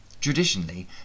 Traditionally